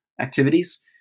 activities